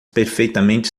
perfeitamente